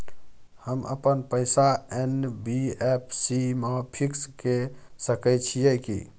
हम अपन पैसा एन.बी.एफ.सी म फिक्स के सके छियै की?